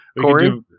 Corey